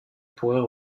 pourrait